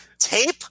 Tape